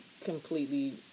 completely